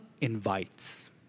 invites